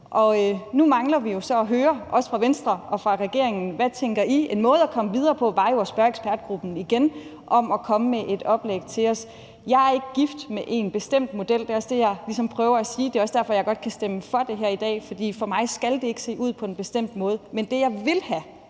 Nu mangler vi jo så at høre fra Venstre og fra regeringens side, hvad de tænker. En måde at komme videre på var jo at spørge ekspertgruppen igen og bede dem om at komme med et oplæg til os. Jeg er ikke gift med en bestemt model – det er også det, jeg ligesom prøver at sige, og det er også derfor, jeg kan stemme for det her i dag. For mig skal det ikke se ud på en bestemt måde; men det, jeg vil have,